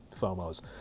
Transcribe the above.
FOMOs